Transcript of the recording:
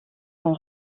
son